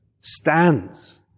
stands